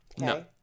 no